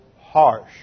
harsh